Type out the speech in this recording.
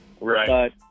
Right